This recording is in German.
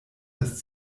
das